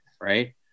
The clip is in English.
Right